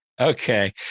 Okay